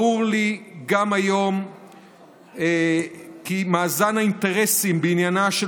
ברור לי גם היום כי מאזן האינטרסים בעניינה של